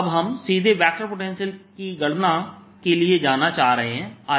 अब हम सीधे वेक्टर पोटेंशियल की गणना के लिए जाना चाह रहे हैं